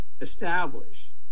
Establish